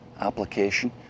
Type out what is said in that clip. application